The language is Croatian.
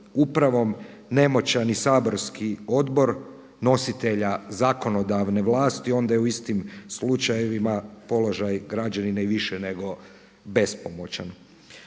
upravom nemoćan i saborski odbor nositelja zakonodavne vlasti onda je u istim slučajevima položaj građanina i više nego bespomoćan.